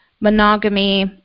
monogamy